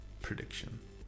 prediction